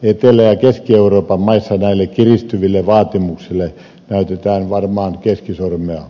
etelä ja keski euroopan maissa näille kiristyville vaatimuksille näytetään varmaan keskisormea